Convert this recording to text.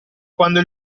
quando